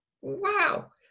Wow